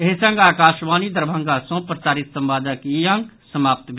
एहि संग आकाशवाणी दरभंगा सँ प्रसारित संवादक ई अंक समाप्त भेल